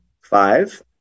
Five